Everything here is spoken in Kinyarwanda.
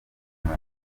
neza